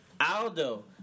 Aldo